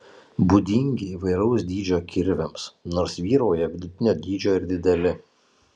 būdingi įvairaus dydžio kirviams nors vyrauja vidutinio dydžio ir dideli